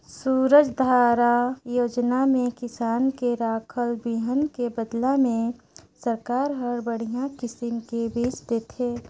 सूरजधारा योजना में किसान के राखल बिहन के बदला में सरकार हर बड़िहा किसम के बिज देथे